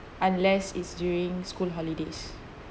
unless it's during school holidays